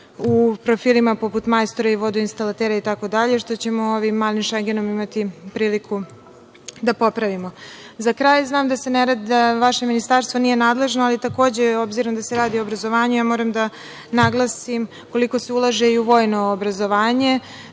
u profilima poput majstora i vodoinstalatera itd, što ćemo ovim „malim Šengenom“ imati priliku da popravimo.Za kraj, znam da vaše ministarstvo nije nadležno, ali takođe obzirom da se radi o obrazovanju, ja moram da naglasim koliko se ulaže i u vojno obrazovanje,